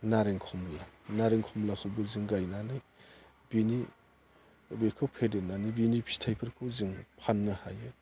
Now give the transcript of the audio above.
नारें खमला नारें खमलाखौबो जों गायनानै बिनि बेखौ फेदेरनानै बिनि फिथाइफोरखौ जोङो फाननो हायो